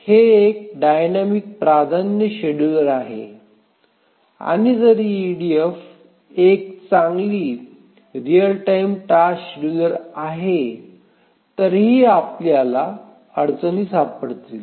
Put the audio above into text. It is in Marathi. हे एक डायनॅमिक प्राधान्य शेड्युलर आहे आणि जरी ईडीएफ एक चांगली रीअल टाईम टास्क शेड्यूलर आहे तरीही आपल्याला अडचणी सापडतील